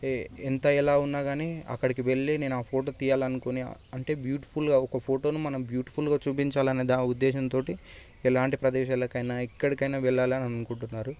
ఎంత ఎలా ఉన్నా గానీ అక్కడికి వెళ్ళి నేను ఆ ఫోటో తీయాలనుకుని అంటే బ్యూటిఫుల్గా ఒక ఫోటోను మనం బ్యూటిఫుల్గా చూపించాలనే దా ఆ ఉద్దేశంతోటి ఎలాంటి ప్రదేశాలకైనా ఎక్కడికైనా వెళ్ళాలని అనుకుంటున్నారు